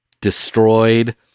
destroyed